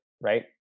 right